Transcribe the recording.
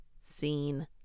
seen